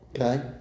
Okay